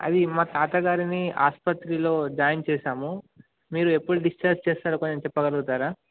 అది మా తాతగారిని ఆసుపత్రిలో జాయిన్ చేసాము మీరు ఎప్పుడు డిస్చార్జ్ చేస్తారో కొంచెం చెప్పగలుగుతారా